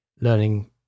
learning